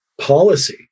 policy